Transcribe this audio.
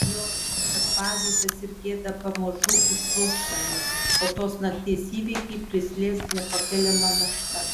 bijojau kad pavydas ir gėda pamažu užgrauš mane o tos nakties įvykiai prislėgs nepakeliama našta